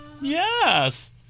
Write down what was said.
Yes